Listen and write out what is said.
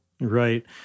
Right